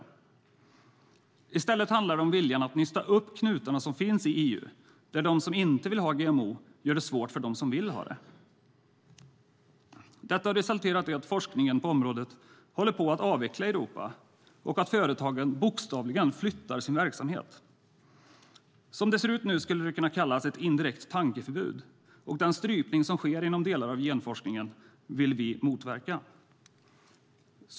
Det andra skälet är att det i stället handlar om viljan att nysta upp knutarna som finns i EU, där de som inte vill ha GMO gör det svårt för dem som vill ha det. Detta har resulterat i att forskningen på området håller på att avvecklas i Europa och att företagen bokstavligen flyttar sin verksamhet. Som det ser ut nu kan det kallas ett indirekt tankeförbud, och den strypning som sker inom delar av genforskningen vill vi motverka.